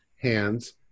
hands